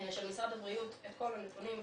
משרד הבריאות את כל הנתונים,